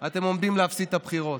אתם עומדים להפסיד בבחירות,